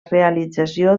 realització